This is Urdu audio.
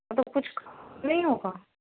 مطلب کچھ کم نہیں ہوگا